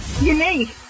Unique